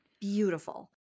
beautiful